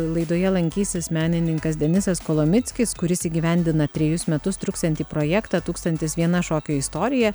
laidoje lankysis menininkas denisas kolomickis kuris įgyvendina trejus metus truksiantį projektą tūkstantis viena šokio istorija